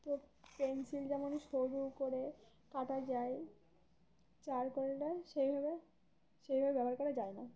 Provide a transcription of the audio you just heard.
তো পেনসিল যেমন সরু করে কাটা যায় চারকোলটা সেইভাবে সেইভাবে ব্যবহার করা যায় না